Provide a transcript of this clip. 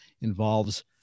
involves